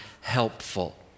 helpful